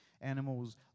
animals